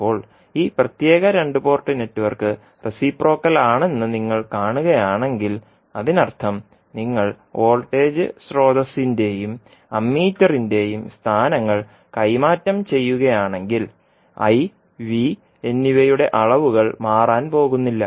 ഇപ്പോൾ ഈ പ്രത്യേക രണ്ട് പോർട്ട് നെറ്റ്വർക്ക് റെസിപ്രോക്കൽ ആണെന്ന് നിങ്ങൾ കാണുകയാണെങ്കിൽ അതിനർത്ഥം നിങ്ങൾ വോൾട്ടേജ് സ്രോതസിന്റെയും അമ്മീറ്ററിന്റെയും സ്ഥാനങ്ങൾ കൈമാറ്റം ചെയ്യുകയാണെങ്കിൽ I V എന്നിവയുടെ അളവുകൾ മാറാൻ പോകുന്നില്ല